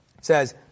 Says